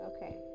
Okay